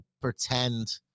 pretend